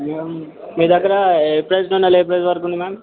madam మీదగ్గర ఏ price నుండి ఏ ప్రైస్ వరకు ఉంది మామ్